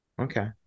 okay